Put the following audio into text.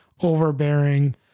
overbearing